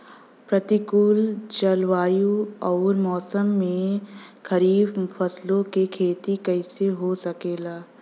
प्रतिकूल जलवायु अउर मौसम में खरीफ फसलों क खेती कइसे हो सकेला?